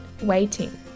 waiting